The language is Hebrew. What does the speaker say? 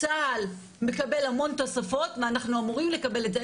צה"ל מקבל המון תוספות ואנחנו אמורים לקבל את זה.